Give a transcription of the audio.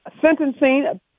sentencing